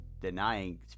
denying